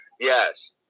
Yes